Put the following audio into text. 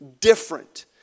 different